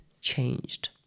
changed